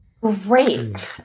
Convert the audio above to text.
Great